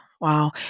Wow